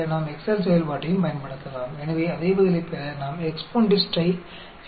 तो हम Excel function का उपयोग करके भी एक ही उत्तर प्राप्त कर सकते हैं